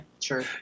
Sure